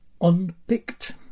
unpicked